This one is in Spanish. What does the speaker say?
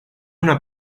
una